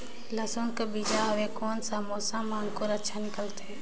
लसुन कर बीजा हवे कोन सा मौसम मां अंकुर अच्छा निकलथे?